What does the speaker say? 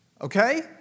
Okay